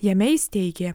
jame jis teigė